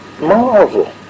marvel